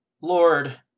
Lord